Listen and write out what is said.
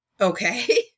Okay